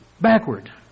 backward